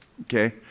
Okay